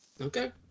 Okay